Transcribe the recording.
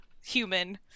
human